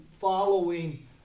following